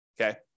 okay